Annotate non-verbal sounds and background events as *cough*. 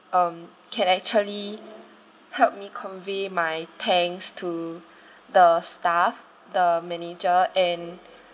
um can actually *noise* help me convey my thanks to the staff the manager and